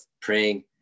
praying